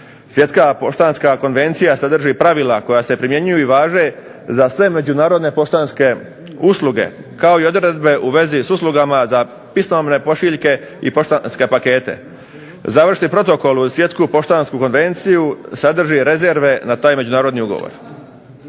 Svjetska poštanska konvencija sadrži pravila koja se primjenjuju i važe za sve međunarodne poštanske usluge kao i odredbe u svezi s uslugama za pismovne pošiljke i poštanske pakete. Završni protokol uz Svjetsku poštansku konvenciju sadrži rezerve na taj međunarodni ugovor.